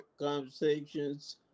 conversations